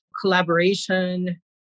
collaboration